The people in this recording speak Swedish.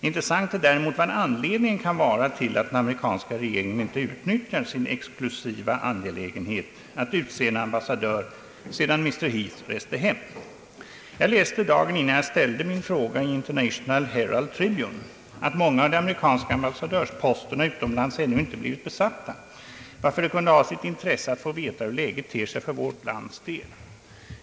Intressant är däremot vad anledningen kan vara till att den amerikanska regeringen inte utnyttjar sin exklusiva angelägenhet att utse en ambassadör sedan mr Heath reste hem. Jag läste i In ternational Herald Tribune dagen innan jag ställde min fråga att många av de amerikanska ambassadörsposterna utomlands ännu inte blivit besatta. Därför kunde det ha sitt intresse att få veta hur läget ter sig för vårt lands del.